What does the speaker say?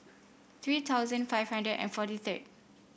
three thousand five hundred and forty third